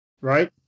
right